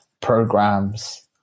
programs